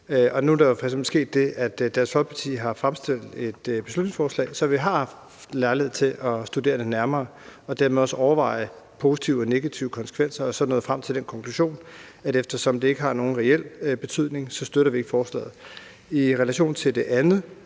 Nu er der jo f.eks. sket det, at Dansk Folkeparti har fremsat et beslutningsforslag, så vi har haft lejlighed til at studere det nærmere og dermed også overveje positive og negative konsekvenser, og så er vi nået frem til den konklusion, at eftersom det ikke har nogen reel betydning, støtter vi ikke forslaget. I relation til det andet